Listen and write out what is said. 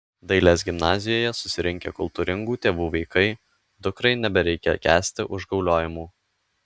dailės gimnazijoje susirinkę kultūringų tėvų vaikai dukrai nebereikia kęsti užgauliojimų